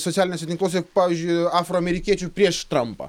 socialiniuose tinkluose pavyzdžiui afroamerikiečių prieš trampą